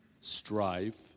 strife